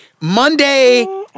Monday